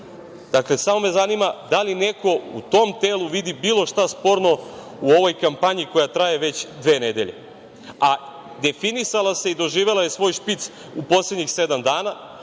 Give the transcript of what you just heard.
samo me zanima da li neko u tom telu vidi bilo šta sporno u ovoj kampanji koja traje već dve nedelje, a definisala se i doživela je svoj špic u poslednjih sedam dana,